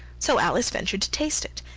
so alice ventured to taste it,